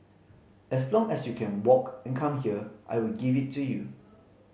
as long as you can walk and come here I will give it to you